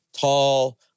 tall